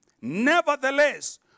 Nevertheless